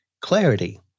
clarity